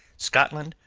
scotland,